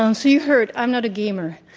um so, you heard, i'm not a gamer.